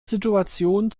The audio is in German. situation